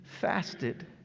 fasted